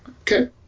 Okay